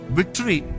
victory